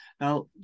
Now